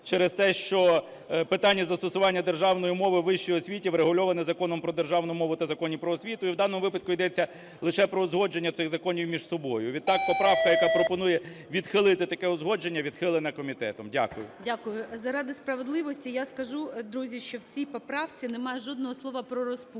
через те, що питання застосування державної мови у вищій освіті врегульовано Законом про державну мову та в Законі "Про освіту". І в даному випадку йдеться лише про узгодження цих законів між собою. Відтак поправка, яка пропонує відхилити таке узгодження, відхилена комітетом. Дякую. ГОЛОВУЮЧИЙ. Дякую. Заради справедливості я скажу, друзі, що в цій поправці немає жодного слова про розпусту.